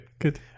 Good